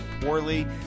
poorly